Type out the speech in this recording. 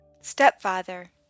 Stepfather